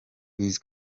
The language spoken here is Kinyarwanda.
wiz